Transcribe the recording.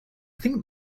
think